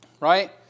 Right